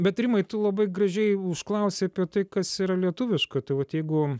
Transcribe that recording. bet rimai tu labai gražiai užklausei apie tai kas yra lietuviška tai vat jeigu